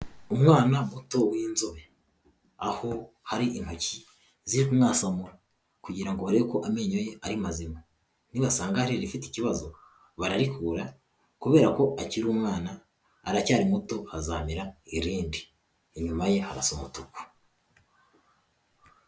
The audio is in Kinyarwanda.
Umwana muto w'inzobe aho hari intoki ziri kumwasamura kugira ngo barebe ko amenyo ye ari mazima nibasanga ari rifite ikibazo bararikura kubera ko akiri umwana aracyari muto hazamera irindi ,inyuma ye harasa umutuku.